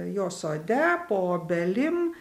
jo sode po obelim